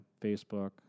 Facebook